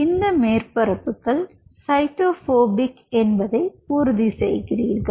எனவே இந்த மேற்பரப்புகள் சைட்டோ ஃபோபிக் என்பதை உறுதிசெய்கிறீர்கள்